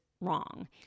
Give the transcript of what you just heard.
wrong